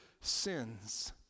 sins